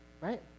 right